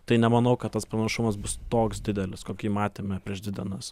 tai nemanau kad tas panašumas bus toks didelis kokį matėme prieš dvi dienas